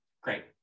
Great